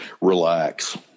Relax